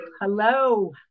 hello